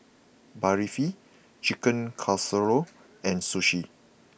Barfi Chicken Casserole and Sushi